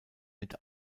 mit